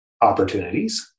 opportunities